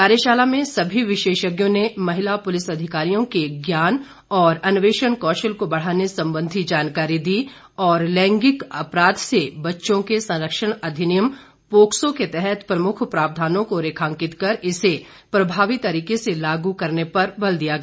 कार्यशाला में सभी विशेषज्ञों ने महिला पूलिस अधिकारियों के ज्ञान और अन्वेषण कौशल को बढ़ाने संबंध जानकारी दी और लैंगिक अपराध से बच्चों के संरक्षण अधिनियम पोक्स के तहत प्रमुख प्रावधानों को रेखांकित कर इसे प्रभावी तरीके से लागू करने पर बल दिया गया